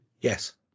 yes